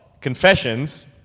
Confessions